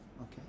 okay